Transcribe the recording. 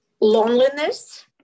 loneliness